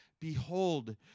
Behold